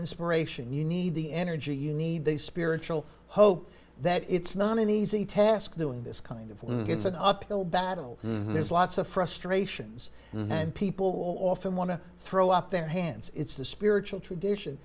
inspiration you need the energy you need the spiritual hope that it's not an easy task doing this kind of loop it's an uphill battle there's lots of frustrations and people often want to throw up their hands it's the spiritual tradition